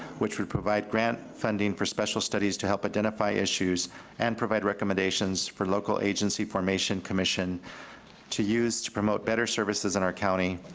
which would provide grant funding for special studies to help identify issues and provide recommendations for local agency formation commission to use to promote better services in our county.